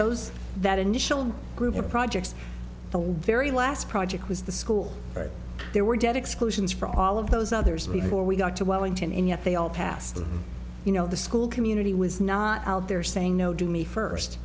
those that initial group of projects the very last project was the school but there were dead exclusions for all of those others before we got to wellington and yet they all passed you know the school community was not out there saying no to me first